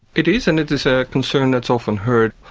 it is, and it is a concern that's often heard.